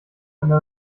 eine